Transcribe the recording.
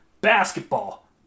basketball